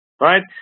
right